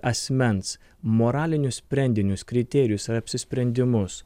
asmens moralinius sprendinius kriterijus ar apsisprendimus